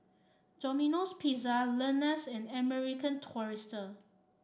Domino Pizza Lenas and American Tourister